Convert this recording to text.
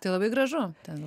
tai labai gražu ten